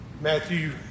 Matthew